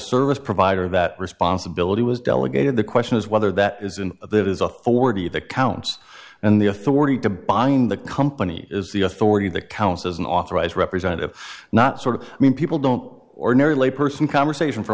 service provider that responsibility was delegated the question is whether that is in the his authority that counts and the authority to bind the company is the authority that counts as an authorized representative not sort of i mean people don't ordinary lay person conversation for a